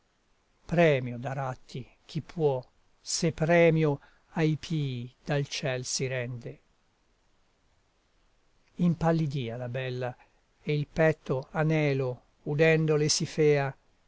mio premio daratti chi può se premio ai pii dal ciel si rende impallidia la bella e il petto anelo udendo le si fea